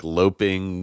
loping